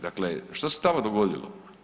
Dakle što se tamo dogodilo?